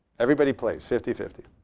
everybody plays, fifty fifty.